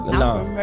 no